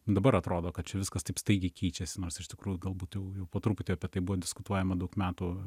dabar atrodo kad čia viskas taip staigiai keičiasi nors iš tikrųjų galbūt jau po truputį apie tai buvo diskutuojama daug metų